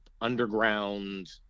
underground